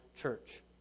church